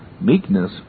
meekness